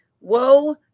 woe